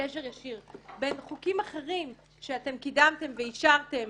וקשר ישיר בין חוקים אחרים שאתם קידמתם ואישרתם,